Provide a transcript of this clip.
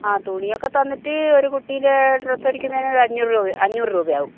ആ തുണിയൊക്കെ തന്നിട്ട് ഒരു കുട്ടിൻ്റെ ഡ്രെസ്സ് അടിക്കുന്നതിന് ഒരു അഞ്ഞൂറ് രൂപയാണ് അഞ്ഞൂറ് രൂപയാകും